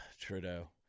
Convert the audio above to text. Trudeau